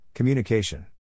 Communication